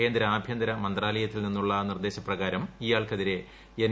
കേന്ദ്ര ആഭ്യന്തര മന്ത്രാലയത്തിൽ നിന്നുള്ള നിർദ്ദേശ പ്രകാരം ഇയാൾക്കെതിരെ എൻ